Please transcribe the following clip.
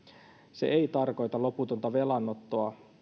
se ei tarkoita loputonta velanottoa